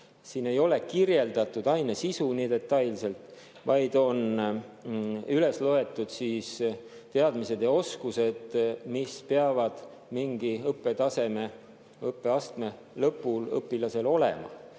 Siin ei ole kirjeldatud aine sisu nii detailselt, vaid on üles loetud teadmised ja oskused, mis peavad mingi õppetaseme, õppeastme lõpul õpilasel olema.